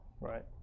Right